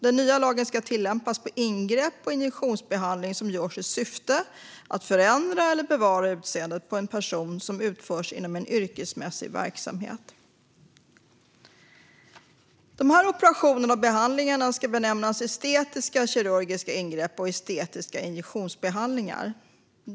Den nya lagen ska tillämpas på ingrepp och injektionsbehandling som görs i syfte att förändra eller bevara utseendet på en person och som utförs inom en yrkesmässig verksamhet. Dessa operationer och behandlingar ska benämnas estetiska kirurgiska ingrepp och estetiska injektionsbehandlingar.